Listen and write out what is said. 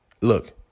look